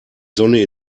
sonne